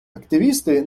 активісти